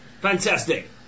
Fantastic